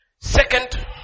Second